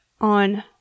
on